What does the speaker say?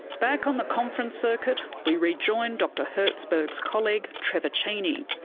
back on the conference circuit we rejoin dr herzberg's colleague, trevor cheney.